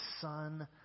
Son